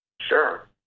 Sure